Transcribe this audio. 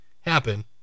happen